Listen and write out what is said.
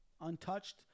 untouched